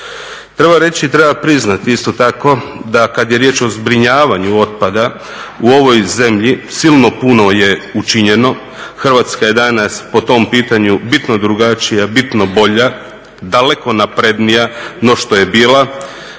Treba reći i treba priznati isto tako da kad je riječ o zbrinjavanju otpada u ovoj zemlji silno puno je učinjeno, Hrvatska je danas po tom pitanju bitno drugačija, bitno bolja, daleko naprednija no što je bila.